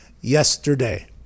yesterday